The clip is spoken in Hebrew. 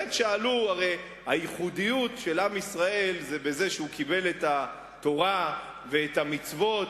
הרי הייחודיות של עם ישראל היא בזה שהוא קיבל את התורה ואת המצוות,